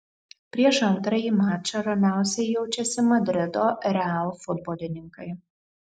prieš antrąjį mačą ramiausiai jaučiasi madrido real futbolininkai